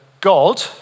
God